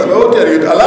עזבו, עלי.